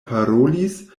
parolis